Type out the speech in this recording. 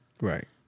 Right